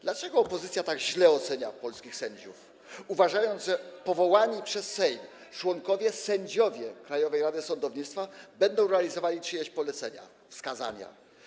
Dlaczego opozycja tak źle ocenia polskich sędziów, uważając, że powołani przez Sejm sędziowie członkowie Krajowej Rady Sądownictwa będą realizowali czyjeś polecenia, wskazania?